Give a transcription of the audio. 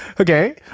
okay